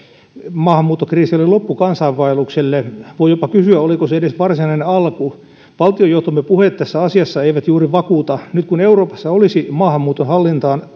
maahanmuuttokriisi oli loppu kansainvaellukselle voi jopa kysyä oliko se edes varsinainen alku valtiojohtomme puheet tässä asiassa eivät juuri vakuuta nyt kun euroopassa olisi maahanmuuton hallintaan